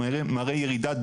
מראה ירידה דרמטית,